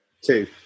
Two